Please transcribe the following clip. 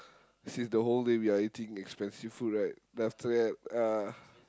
as in the whole day we are eating expensive food right then after that uh